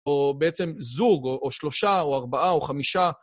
או בעצם זוג, או שלושה, או ארבעה, או חמישה.